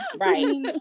Right